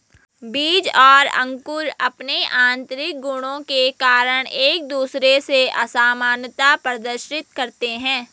बीज और अंकुर अंपने आतंरिक गुणों के कारण एक दूसरे से असामनता प्रदर्शित करते हैं